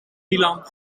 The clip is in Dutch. milan